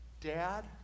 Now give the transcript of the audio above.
dad